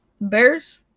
Bears